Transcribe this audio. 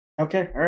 Okay